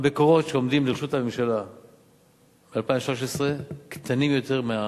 המקורות שעומדים לרשות הממשלה ב-2013 קטנים יותר מהצרכים,